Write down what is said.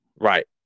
right